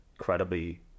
incredibly